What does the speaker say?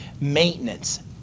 Maintenance